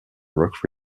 rock